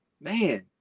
Man